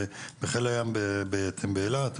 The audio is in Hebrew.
בחיל הים באילת.